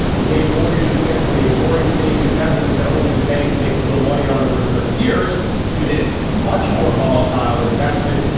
the way mortgages went from a boring, safe investment that only the bank could make a little money on over thirty years to this much more volatile investment.